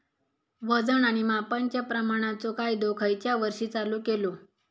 वजन आणि मापांच्या प्रमाणाचो कायदो खयच्या वर्षी चालू केलो?